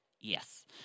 Yes